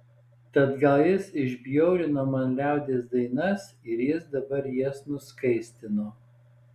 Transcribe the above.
tad gal jis išbjaurino man liaudies dainas ir jis dabar jas nuskaistino